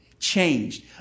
Changed